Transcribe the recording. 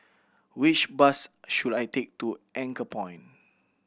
which bus should I take to Anchorpoint